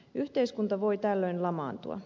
yhteiskunta voi tällöin lamaantua